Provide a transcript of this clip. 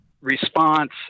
response